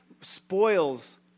spoils